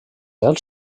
del